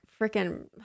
freaking